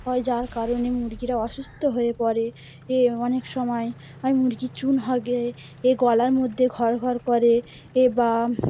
হয় যার কারণে মুরগিরা অসুস্থ হয়ে পড়ে এ অনেক সময় আর মুরগি চুন হয় গিয়ে এ গলার মধ্যে ঘর ঘর করে এ বা